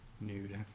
nude